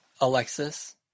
Alexis